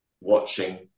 watching